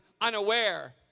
unaware